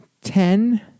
ten